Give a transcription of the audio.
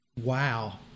Wow